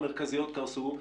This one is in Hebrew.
המרכזיות קרסו,